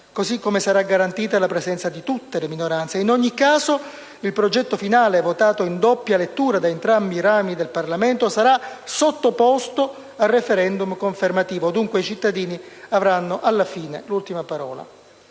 Così come sarà garantita la presenza di tutte le minoranze. In ogni caso, il progetto finale, votato in doppia lettura da entrambi i rami del Parlamento, sarà sottoposto a *referendum* confermativo. Dunque, i cittadini avranno, alla fine, l'ultima parola.